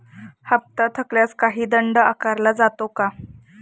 हप्ता थकल्यास काही दंड आकारला जातो का?